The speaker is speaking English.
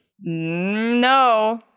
No